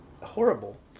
horrible